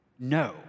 no